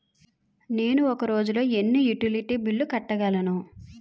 నేను ఒక రోజుల్లో ఎన్ని యుటిలిటీ బిల్లు కట్టగలను?